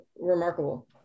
remarkable